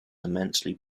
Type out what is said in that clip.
immensely